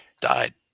died